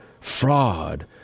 Fraud